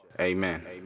Amen